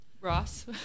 Ross